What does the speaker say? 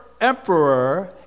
emperor